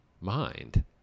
mind